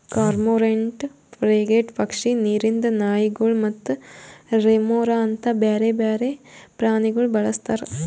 cormorant, frigate ಪಕ್ಷಿ, ನೀರಿಂದ್ ನಾಯಿಗೊಳ್ ಮತ್ತ ರೆಮೊರಾ ಅಂತ್ ಬ್ಯಾರೆ ಬೇರೆ ಪ್ರಾಣಿಗೊಳ್ ಬಳಸ್ತಾರ್